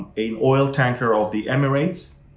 an oil tanker of the emirates,